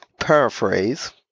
Paraphrase